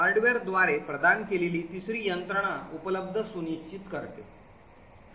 हार्डवेअरद्वारे प्रदान केलेली तिसरी यंत्रणा उपलब्धता सुनिश्चित करते